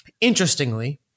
interestingly